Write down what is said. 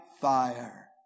fire